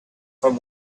from